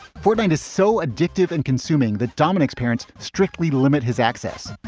portland is so addictive and consuming that dominick's parents strictly limit his access.